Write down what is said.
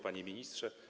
Panie Ministrze!